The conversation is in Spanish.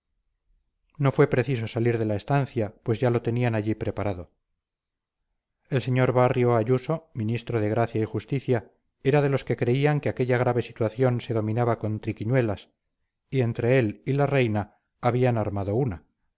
no fue preciso salir de la estancia pues ya lo tenían allí preparado el sr barrio ayuso ministro de gracia y justicia era de los que creían que aquella grave situación se dominaba con triquiñuelas y entre él y la reina habían armado una